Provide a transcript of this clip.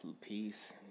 peace